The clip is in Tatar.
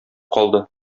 калды